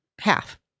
half